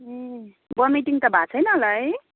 ए vomiting त भएको छैन होला है